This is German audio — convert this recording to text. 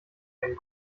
einen